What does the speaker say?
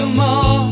more